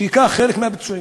שתיקח חלק מהפצועים.